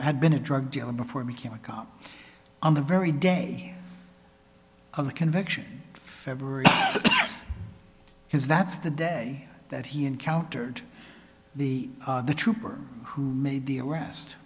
had been a drug dealer before making a cop on the very day of the conviction february because that's the day that he encountered the the trooper who made the arrest